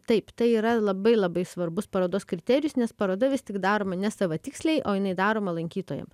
taip tai yra labai labai svarbus parodos kriterijus nes paroda vis tik daroma ne savatiksliai o jinai daroma lankytojam